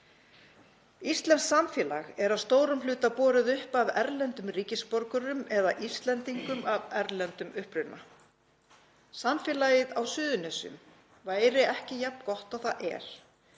Íslenskt samfélag er að stórum hluta borið uppi af erlendum ríkisborgurum eða Íslendingum af erlendum uppruna. Samfélagið á Suðurnesjum væri ekki jafn gott og það er